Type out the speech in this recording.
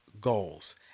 goals